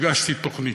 הגשתי שם תוכנית.